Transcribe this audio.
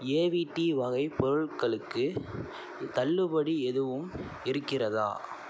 AVT வகை பொருள்களுக்கு தள்ளுபடி எதுவும் இருக்கிறதா